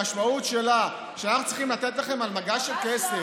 המשמעות שלה שאנחנו צריכים לתת לכם על מגש של כסף,